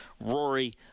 Rory